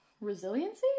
Resiliency